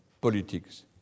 politics